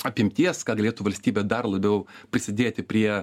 apimties ką galėtų valstybė dar labiau prisidėti prie